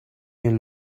you